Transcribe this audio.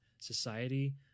society